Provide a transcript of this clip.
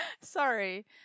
Sorry